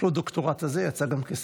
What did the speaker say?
יש לו את הדוקטורט הזה, הוא יצא גם כספר.